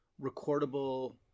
recordable